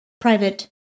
private